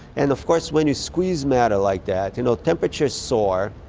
and of course when you squeeze matter like that, you know temperatures soar,